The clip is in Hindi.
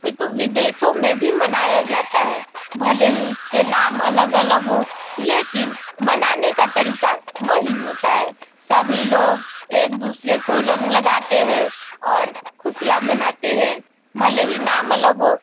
अपितु विदेशों में भी मनाया जाता है भले ही उसके नाम अलग अलग हो लेकिन मनाने का तरीका वही होता है सभी लोग एक दूसरे को रंग लगाते हैं और खुशियाँ मनाते हैं भले ही नाम अलग हो